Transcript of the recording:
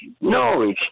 No